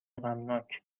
غمناک